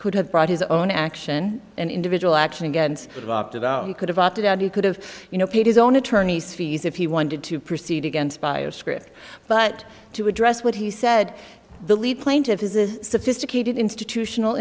could have brought his own action and individual action against you could have opted out you could have you know paid his own attorney's fees if he wanted to proceed against by a script but to address what he said the lead plaintiff is a sophisticated institutional